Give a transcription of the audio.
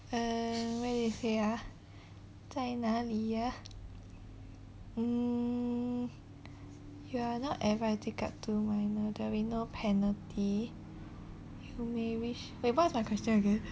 uh where they say ah 在哪里啊 mm you are not advised to take up two minor there will be no penalty you may wish wait what is my question again